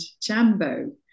Jambo